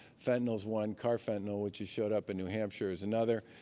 fentanyl is one. carfentanil, which has showed up in new hampshire, is another.